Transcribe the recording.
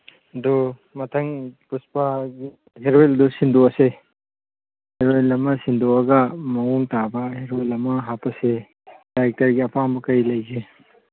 ꯑꯗꯨ ꯃꯊꯪ ꯄꯨꯁꯄꯥꯒꯤ ꯍꯦꯔꯣꯏꯟꯗꯨ ꯁꯤꯟꯗꯣꯛꯑꯁꯦ ꯍꯦꯔꯣꯏꯜ ꯑꯃ ꯁꯤꯟꯗꯣꯛꯑꯒ ꯃꯑꯣꯡ ꯇꯥꯕ ꯍꯦꯔꯣꯏꯜ ꯑꯃ ꯍꯥꯞꯄꯁꯦ ꯗꯥꯏꯔꯦꯛꯇꯔꯒꯤ ꯑꯄꯥꯝꯕ ꯀꯔꯤ ꯂꯩꯒꯦ